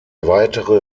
weitere